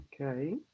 Okay